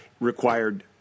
required